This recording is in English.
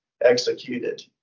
executed